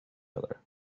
other